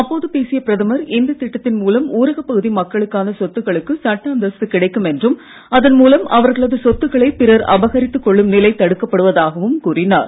அப்போது பேசிய பிரதமர் இந்த திட்டத்தின் மூலம் ஊரகப் பகுதி மக்களுக்கான சொத்துக்களுக்கு சட்ட அந்தஸ்து கிடைக்கும் என்றும் அதன் மூலம் அவர்களது சொத்துக்களை பிறர் அபகரித்து கொள்ளும் நிலை தடுக்கப்படுவதாகவும் கூறினார்